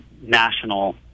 national